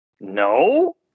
no